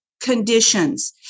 conditions